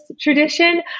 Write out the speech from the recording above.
tradition